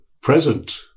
present